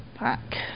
back